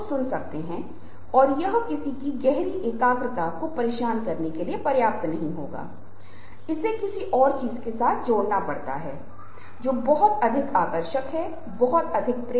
और आप देखते हैं कि बहुत बार आप दूसरे व्यक्ति पर ध्यान केंद्रित करना चाहते हैं यदि आप एक अच्छे श्रोता हैं और जो आपको एक अच्छा वक्ता बनाता है तो आप दूसरे व्यक्ति के बारे में अधिक रुचि रखते हैं